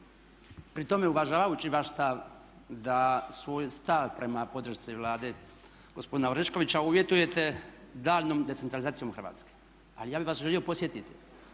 pri tome uvažavajući vaš stav da svoj stav prema podršci Vlade gospodina Oreškovića uvjetujete daljnjom decentralizacijom Hrvatske. Ali ja bih vas želio podsjetiti